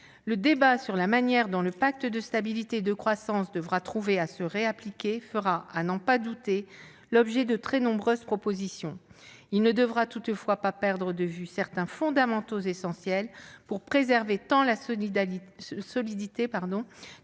Le débat sur la manière dont le pacte de stabilité et de croissance devra trouver à s'appliquer de nouveau fera, à n'en pas douter, l'objet de très nombreuses propositions. Il ne faudra toutefois pas perdre de vue certains fondamentaux essentiels pour préserver tant la solidité